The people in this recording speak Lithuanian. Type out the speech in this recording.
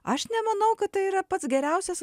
aš nemanau kad tai yra pats geriausias